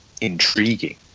Intriguing